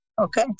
Okay